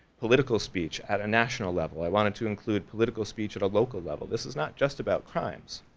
political speech at a national level i wanted to include, political speech at a local level this is not just about crimes.